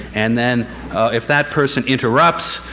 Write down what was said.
and then if that person interrupts,